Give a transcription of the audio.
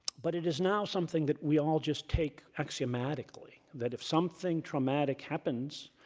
but it is now something that we all just take axiomatically, that if something traumatic happens,